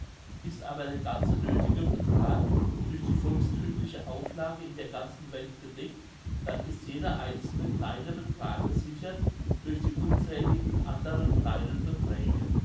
ist aber der ganze nöthige betrag durch die volksthümliche auflage in der ganzen welt gedeckt dann ist jeder einzelne kleine betrag gesichert durch die unzähligen anderen kleinen beträge